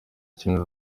akinira